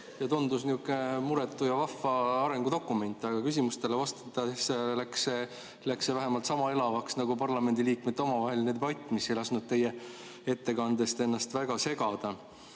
ja tundus muretu ja vahva arengudokument, aga küsimustele vastates läks see vähemalt sama elavaks nagu parlamendiliikmete omavaheline debatt, mis ei lasknud teie ettekandest ennast väga segada.